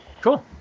Cool